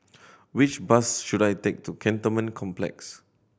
which bus should I take to Cantonment Complex